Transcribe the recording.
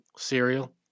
cereal